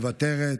מוותרת,